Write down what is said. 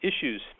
issues